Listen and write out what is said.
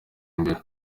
imbere